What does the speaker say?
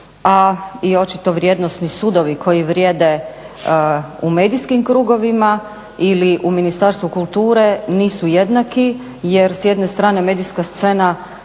a i očito vrijednosni sudovi koji vrijede u medijskim krugovima ili u Ministarstvu kulture nisu jednaki. Jer s jedne strane medijska scena